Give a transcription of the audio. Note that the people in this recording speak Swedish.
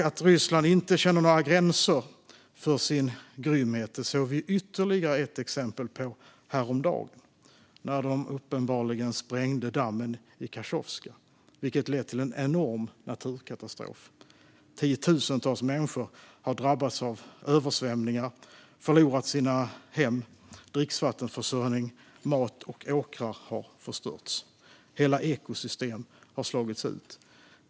Att Rysslands grymhet inte känner några gränser såg vi ytterligare ett exempel på häromdagen när de uppenbarligen sprängde dammen i Kachovka, vilket har lett till en enorm naturkatastrof. Tiotusentals människor har drabbats av översvämningar och förlorat sina hem. Dricksvattenförsörjning, mat och åkrar har förstörts. Hela ekosystem har slagits ut.